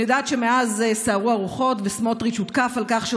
אני יודעת שמאז סערו הרוחות וסמוטריץ' הותקף על כך שהוא